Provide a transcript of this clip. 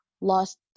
lost